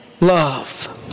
love